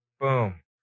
Boom